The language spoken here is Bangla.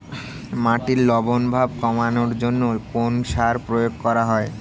মাটির লবণ ভাব কমানোর জন্য কোন সার প্রয়োগ করা হয়?